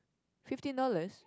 fifteen dollars